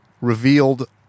revealed